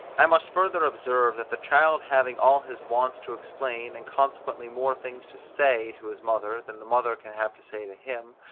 i must further observe that the child having all his wants to explain, and consequently more things to say to his mother, than the mother can have to say to him,